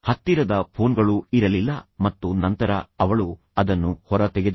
ಹತ್ತಿರದ ಫೋನ್ಗಳು ಇರಲಿಲ್ಲ ಮತ್ತು ನಂತರ ಅವಳು ಅದನ್ನು ಹೊರತೆಗೆದಳು